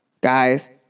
Guys